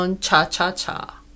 Cha-Cha-Cha